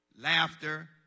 laughter